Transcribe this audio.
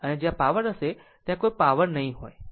આમ જ્યાં પાવર હશે અને ક્યાં પાવર નહીં હોય